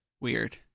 Weird